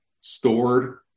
Stored